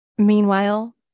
Meanwhile